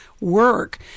work